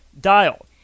dial